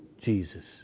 Jesus